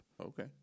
Okay